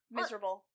miserable